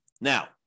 Now